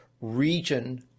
region